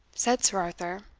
said sir arthur,